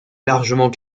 largement